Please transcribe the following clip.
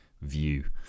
view